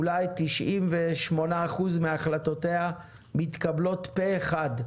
אולי 98% מהחלטותיה מתקבלות פה אחד,